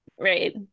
Right